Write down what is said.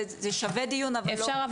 זה שווה דיון אבל לא --- אפשר אבל